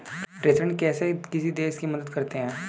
प्रेषण कैसे किसी देश की मदद करते हैं?